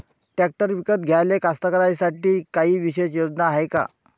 Tractor विकत घ्याले कास्तकाराइसाठी कायी विशेष योजना हाय का?